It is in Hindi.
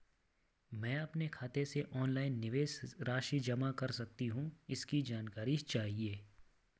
मैं अपने खाते से ऑनलाइन निवेश राशि जमा कर सकती हूँ इसकी जानकारी चाहिए?